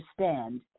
understand